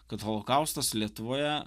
kad holokaustas lietuvoje